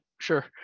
sure